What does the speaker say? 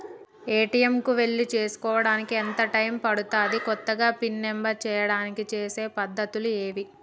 ATM కు వెళ్లి చేసుకోవడానికి ఎంత టైం పడుతది? కొత్తగా పిన్ నంబర్ చేయడానికి చేసే పద్ధతులు ఏవి?